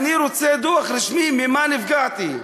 אני רוצה דוח רשמי ממה נפגעתי.